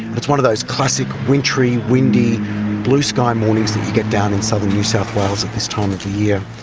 it's one of those classic, wintry, windy blue-sky mornings that you get down in southern new south wales at this time of year.